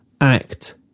act